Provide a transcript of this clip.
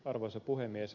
arvoisa puhemies